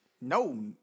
No